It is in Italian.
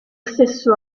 stesso